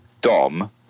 Dom